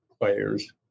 players